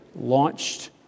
launched